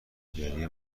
گری